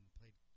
played